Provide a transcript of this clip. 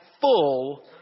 full